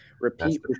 Repeat